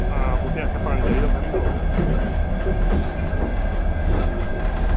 आं बूह्टें आस्तै भी पानी चाहिदा होंदा नी मौके दा